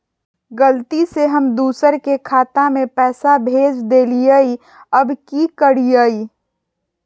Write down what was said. गलती से हम दुसर के खाता में पैसा भेज देलियेई, अब की करियई?